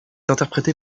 interprété